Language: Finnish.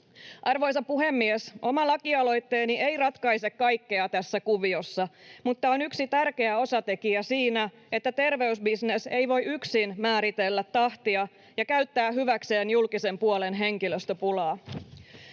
Arvoisa puhemies! Oma lakialoitteeni ei ratkaise kaikkea tässä kuviossa mutta on yksi tärkeä osatekijä siinä, että terveysbisnes ei voi yksin määritellä tahtia ja käyttää hyväkseen julkisen puolen henkilöstöpulaa.